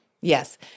Yes